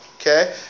Okay